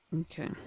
Okay